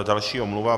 Další omluva.